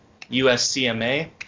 USCMA